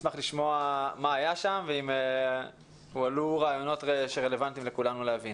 אשמח לשמוע מה היה שם והאם הועלו שם רעיונות רלוונטיים להבנת כולנו.